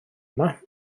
yma